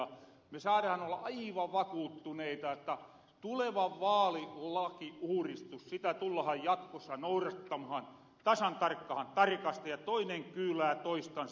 me saarahan olla aivan vakuuttuneita että tuleva vaalilakiuuristus sitä tullahan jatkossa nourattamahan tasan tarkkahan tarkasti ja toinen kyylää toistansa